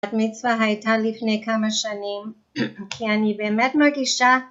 המצווה הייתה לפני כמה שנים, כי אני באמת מרגישה